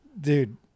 dude